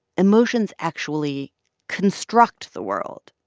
emotions actually construct the world